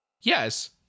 Yes